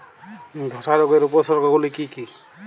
ধসা রোগের উপসর্গগুলি কি কি?